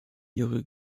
ihre